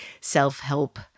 self-help